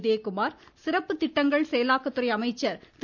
உதயகுமார் சிறப்பு திட்டங்கள் செயலாக்கத்துறை அமைச்சர் திரு